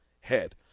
head